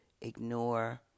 ignore